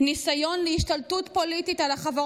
ניסיון להשתלטות פוליטית על החברות